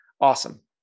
awesome